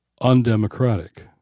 undemocratic